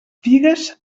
figues